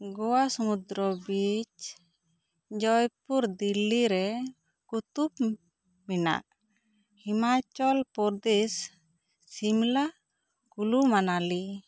ᱜᱳᱣᱟ ᱥᱩᱢᱩᱫᱨᱚ ᱵᱤᱪ ᱡᱚᱭᱯᱩᱨ ᱫᱤᱞᱞᱤ ᱨᱮ ᱠᱩᱛᱩᱵᱽ ᱢᱤᱱᱟᱨ ᱦᱤᱢᱟᱪᱚᱞ ᱯᱚᱨᱫᱮᱥ ᱥᱤᱢᱞᱟ ᱠᱩᱞᱩᱢᱟᱱᱟᱞᱤ